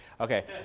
Okay